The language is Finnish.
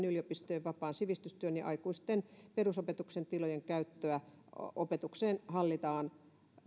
yliopistojen vapaan sivistystyön ja aikuisten perusopetuksen tilojen käyttöä opetukseen hallitaan